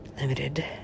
Limited